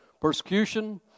persecution